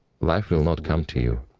life will not come to you.